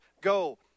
go